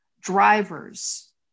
drivers